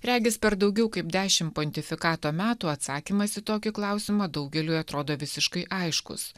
regis per daugiau kaip dešim pontifikato metų atsakymas į tokį klausimą daugeliui atrodo visiškai aiškus